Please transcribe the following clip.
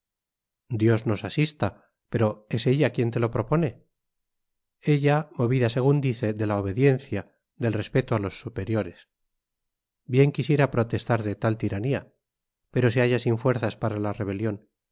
dios nos asista pero es ella quien te lo propone ella movida según dice de la obediencia del respeto a los superiores bien quisiera protestar de tal tiranía pero se halla sin fuerzas para la rebelión